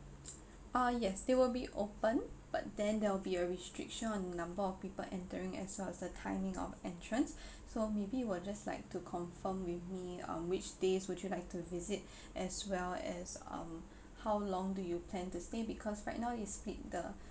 uh yes they will be open but then there will be a restriction on the number of people entering as well as the timing of entrance so maybe you will just like to confirm with me um which days would you like to visit as well as um how long do you plan to stay because right now they split the